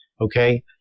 Okay